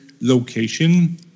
location